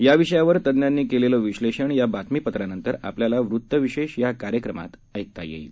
याविषयावर तज्ञांनी केलेलं विश्लेषण या बातमीपत्रानंतर आपल्याला वृत्तविशेष या कार्यक्रमात ऐकता येईल